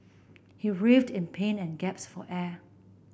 he writhed in pain and gasped for air